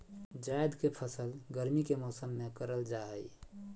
जायद के फसल गर्मी के मौसम में करल जा हइ